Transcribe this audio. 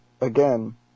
again